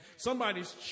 Somebody's